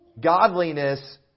Godliness